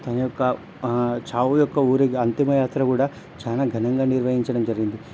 తన యొక్క చావు యొక్క ఊరేగి అంతిమయాత్ర కూడా చాలా ఘనంగా నిర్వహించడం జరిగింది